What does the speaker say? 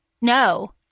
No